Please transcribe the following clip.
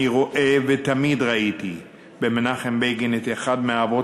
אני רואה ותמיד ראיתי במנחם בגין את אחד מהאבות